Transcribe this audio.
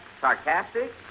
sarcastic